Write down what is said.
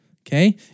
Okay